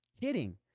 hitting